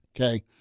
Okay